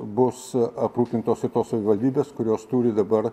bus aprūpintos savivaldybės kurios turi dabar